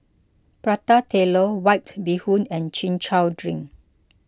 Prata Telur White Bee Hoon and Chin Chow Drink